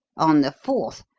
on the fourth,